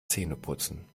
zähneputzen